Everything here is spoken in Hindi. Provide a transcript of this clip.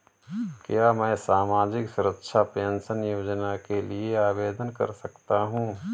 क्या मैं सामाजिक सुरक्षा पेंशन योजना के लिए आवेदन कर सकता हूँ?